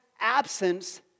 absence